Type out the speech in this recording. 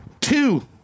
two